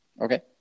Okay